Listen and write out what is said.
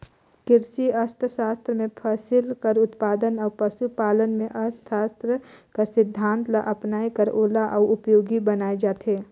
किरसी अर्थसास्त्र में फसिल कर उत्पादन अउ पसु पालन में अर्थसास्त्र कर सिद्धांत ल अपनाए कर ओला अउ उपयोगी बनाए जाथे